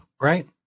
right